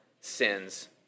sins